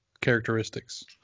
characteristics